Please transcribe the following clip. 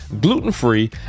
gluten-free